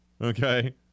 Okay